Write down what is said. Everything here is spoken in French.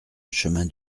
chemin